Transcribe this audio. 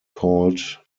called